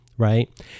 right